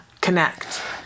Connect